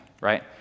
right